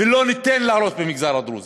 ולא ניתן להרוס במגזר הדרוזי.